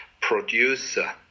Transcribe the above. producer